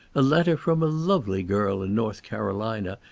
a letter from a lovely girl in north carolina,